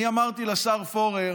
אני אמרתי לשר פורר